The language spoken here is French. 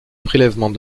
prélèvement